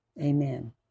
amen